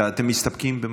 אתם מסתפקים?